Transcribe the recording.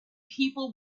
people